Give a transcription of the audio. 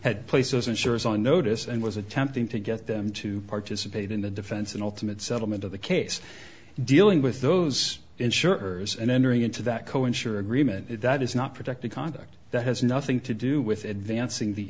places insurers on notice and was attempting to get them to participate in the defense and ultimate settlement of the case dealing with those insurers and entering into that cohen sure agreement that is not protected conduct that has nothing to do with advancing the